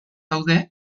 daude